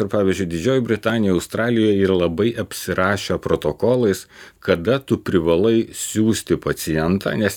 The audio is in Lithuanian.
ir pavyzdžiui didžioji britanija australija yra labai apsirašę protokolais kada tu privalai siųsti pacientą nes